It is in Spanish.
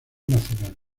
nacional